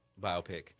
biopic